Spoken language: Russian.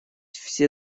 все